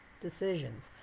decisions